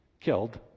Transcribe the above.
killed